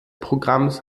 programms